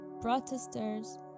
protesters